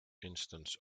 instance